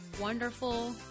wonderful